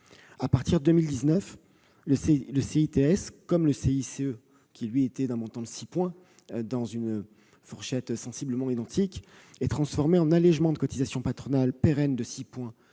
À partir de 2019, le CITS, comme le CICE, qui octroyait un crédit de 6 points dans une fourchette sensiblement identique, est transformé en allégement de cotisations patronales pérenne de 6 points